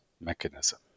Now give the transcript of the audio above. mechanism